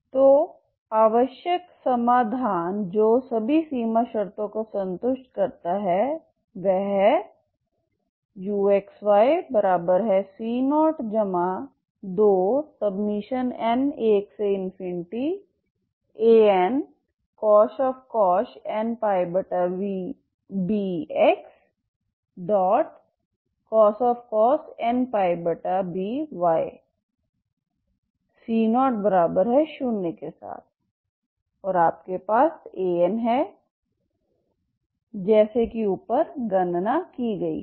तो आवश्यक समाधान जो सभी सीमा शर्तों को संतुष्ट करता है वह है uxyc02n1Ancosh nπbx cos nπby है c00 के साथ और आपके पास An है जैसा कि ऊपर गणना की गई है